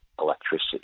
electricity